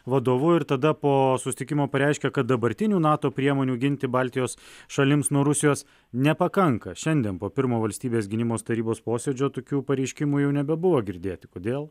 vadovu ir tada po susitikimo pareiškė kad dabartinių nato priemonių ginti baltijos šalims nuo rusijos nepakanka šiandien po pirmo valstybės gynimo tarybos posėdžio tokių pareiškimų jau nebebuvo girdėti kodėl